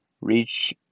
reach